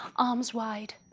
arms wide,